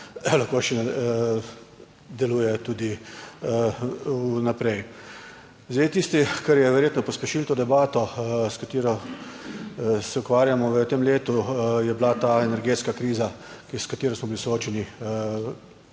lahko deluje tudi vnaprej. Zdaj, tisto, kar je verjetno pospešilo to debato, s katero se ukvarjamo v tem letu, je bila ta energetska kriza, s katero smo bili soočeni